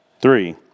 Three